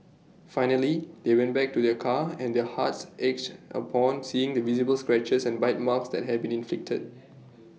finally they went back to their car and their hearts achy upon seeing the visible scratches and bite marks that had been inflicted